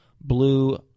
Blue